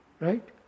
Right